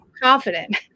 confident